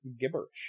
gibberish